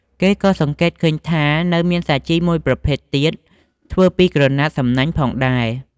គេក៏សង្កេតឃើញថា នៅមានសាជីមួយប្រភេទទៀតធ្វើពីក្រណាត់សំណាញ់ផងដែរ។